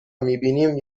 میبینیم